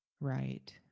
Right